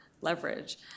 leverage